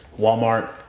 Walmart